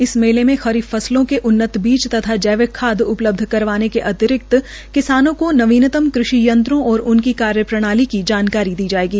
इस मेले में खरीफ फसलों के उन्नत बीज तथा जैविक खाद उपलब्ध करवाने के अतिरिक्त किसानों को नवीनतम कृषि यंत्रों व उनकी कार्य प्रणाली की जानकारी दी जाएगी